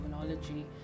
terminology